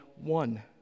one